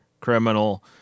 criminal